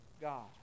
God